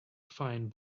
fine